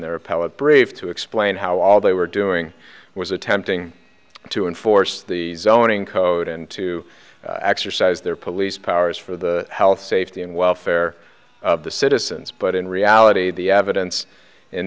appellate brief to explain how all they were doing was attempting to enforce the zoning code and to exercise their police powers for the health safety and welfare of the citizens but in reality the evidence in